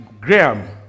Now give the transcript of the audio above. Graham